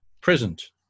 present